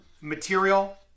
material